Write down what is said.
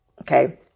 Okay